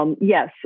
Yes